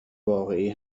واقعی